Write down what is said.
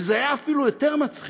וזה היה אפילו יותר מצחיק